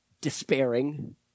despairing